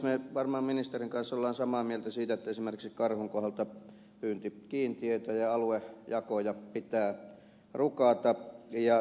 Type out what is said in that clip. me varmasti ministerin kanssa olemme samaa mieltä siitä että esimerkiksi karhun kohdalla pyyntikiintiöitä ja aluejakoja pitää rukata